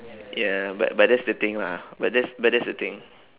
ya but but that's the thing lah but that's but that's the thing